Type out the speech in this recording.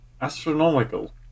Astronomical